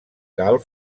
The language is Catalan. cal